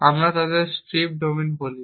আমরা তাদের strip domain বলি